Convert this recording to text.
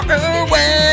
away